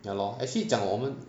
ya lor actually 讲我们